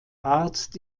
arzt